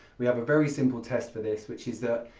we have a very simple test for this which is that,